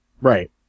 Right